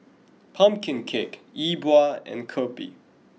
pumpkin cake yi bua and Kopi